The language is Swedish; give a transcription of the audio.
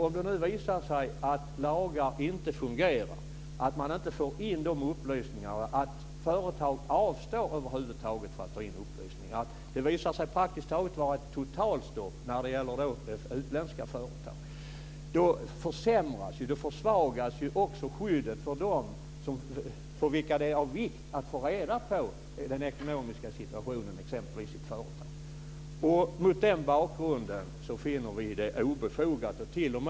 Om det visar sig att lagar inte fungerar, att man inte får in upplysningar, att företag avstår från att ta in upplysningar och att det visar sig vara ett totalstopp när det gäller utländska företag försvagas ju skyddet för dem för vilka det är av vikt att få reda på den ekonomiska situationen i ett företag. Mot den bakgrunden finner vi det obefogat att inlemma aktiebolag.